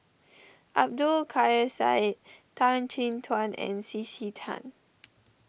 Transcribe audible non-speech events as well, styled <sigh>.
Abdul Kadir Syed Tan Chin Tuan and C C Tan <noise>